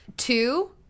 Two